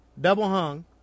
Double-hung